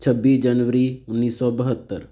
ਛੱਬੀ ਜਨਵਰੀ ਉੱਨੀ ਸੌ ਬਹੱਤਰ